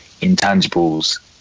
intangibles